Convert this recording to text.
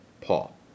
Paul